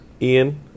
Ian